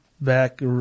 back